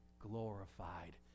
glorified